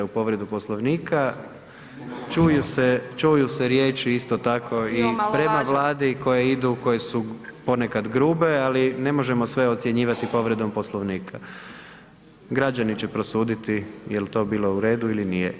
Čuju se, čuju se riječi isto tako i prema vladi koje idu, koje su ponekad grube, ali ne možemo sve ocjenjivati povredom Poslovnika, građani će prosuditi jel to bilo u redu ili nije.